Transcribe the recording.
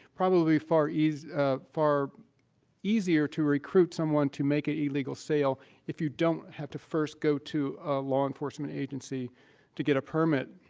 probably far easier far easier to recruit someone to make an illegal sale if you don't have to first go to a law enforcement agency to get a permit.